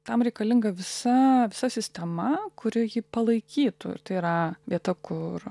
tam reikalinga visa visa sistema kuri jį palaikytų ir tai yra vieta kur